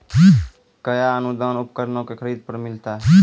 कया अनुदान उपकरणों के खरीद पर मिलता है?